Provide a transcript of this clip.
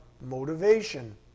motivation